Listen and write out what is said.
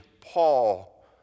Paul